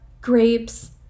grapes